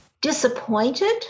disappointed